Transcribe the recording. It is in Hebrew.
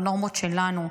לנורמות שלנו.